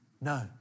No